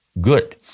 Good